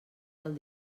del